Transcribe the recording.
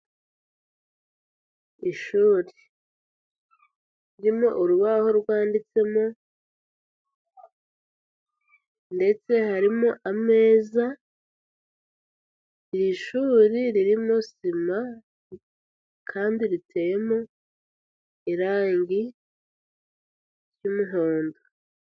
Ishuri ririmo urubaho rwanditsemo, ndetse harimo ameza, iri shuri ririmo sima kandi riteyemo irangi ry'umuhondo.